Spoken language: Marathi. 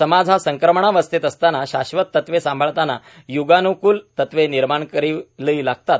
समाज हा संक्रमणावस्थेत असतांना शाश्वत तत्वे सांभाळतांना युगानुकुल तत्वे निर्माण करावी लागतात